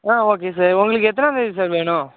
ஆ okay sir உங்களுக்கு எத்தனாந்தேதி sir வேணும்